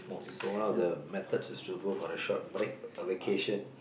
so one of the methods is to go for a short break a vacation